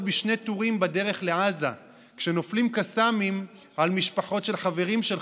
בשני טורים בדרך לעזה כשנופלים קסאמים על משפחות של חברים שלך.